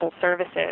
services